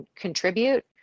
contribute